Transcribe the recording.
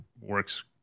works